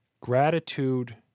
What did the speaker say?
gratitude